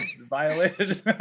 violated